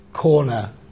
corner